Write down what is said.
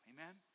Amen